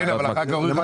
כן, אבל אחר כך הורידו.